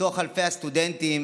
מתוך אלפי הסטודנטים,